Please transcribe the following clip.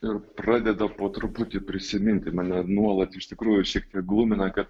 ir pradeda po truputį prisiminti mane nuolat iš tikrųjų šiek tiek glumina kad